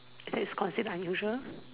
it is consider unusual